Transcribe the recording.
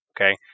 Okay